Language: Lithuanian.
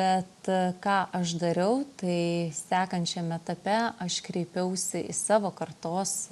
bet ką aš dariau tai sekančiam etape aš kreipiausi į savo kartos